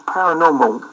Paranormal